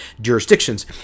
jurisdictions